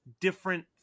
different